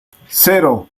cero